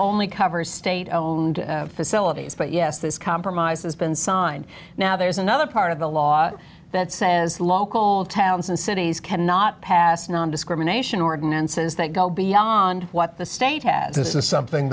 only covers state owned facilities but yes this compromise has been signed now there's another part of the law that says local towns and cities cannot pass nondiscrimination ordinances that go beyond what the state has this is something